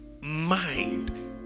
mind